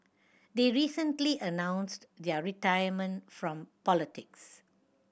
they recently announced their retirement from politics